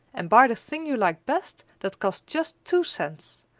and buy the thing you like best that costs just two cents.